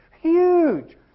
Huge